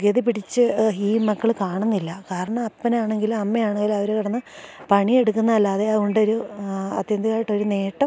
ഗതി പിടിച്ച് ഈ മക്കൾ കാണുന്നില്ല കാരണം അപ്പനാണെങ്കിലും അമ്മയാണെങ്കിലും അവർ കിടന്ന് പണിയെടുക്കുന്നതല്ലാതെ അതു കൊണ്ടൊരു അത്യന്തികമായിട്ടൊരു നേട്ടം